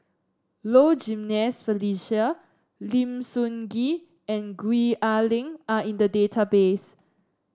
Low Jimenez Felicia Lim Sun Gee and Gwee Ah Leng are in the database